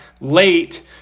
late